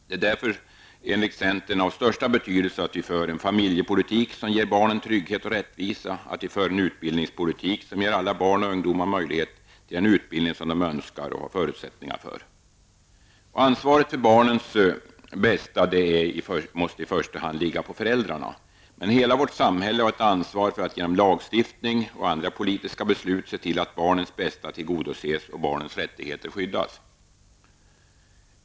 Det är därför enligt centern av största betydelse att vi för en familjepolitik som ger barnen trygghet och rättvisa och att vi för en utbildningspolitik som ger alla barn och ungdomar möjlighet till den utbildning som de önskar och har förutsättningar för. Ansvaret för barnens bästa måste i första hand ligga på föräldrarna. Men hela vårt samhälle har ett ansvar för att genom lagstiftning och andra politiska beslut se till att barnens bästa tillgodoses och att barnens rättigheter skyddas.